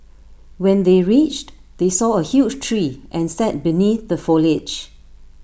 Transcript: when they reached they saw A huge tree and sat beneath the foliage